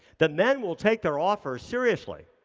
the men will take their offer seriously.